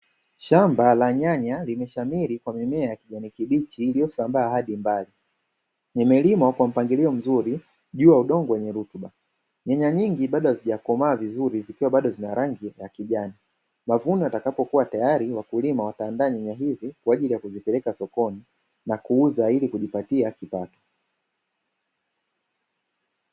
Shamba la nyanya limeshamiri kwa mimea ya kijani kibichi iliosambaa hadi mbali imelimwa kwa mpangilio mzuri juu ya udongo wenye rutuba. Nyanya nyingi zikiwa hazijakomaa vizuri zikiwa na rangi ya kijani. Mavuno yakishakuwa tayari wakulima wataandaa nyanya hizi kwa ajili ya kuzipeleka sokoni na kuuza ilikujipatia kipato.